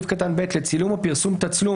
הדין הצבאיים.